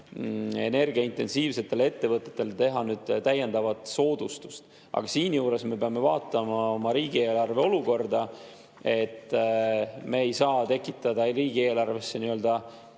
energiaintensiivsetele ettevõtetele teha täiendavat soodustust. Aga siinjuures me peame vaatama oma riigieelarve olukorda. Me ei saa tekitada riigieelarvesse nii-öelda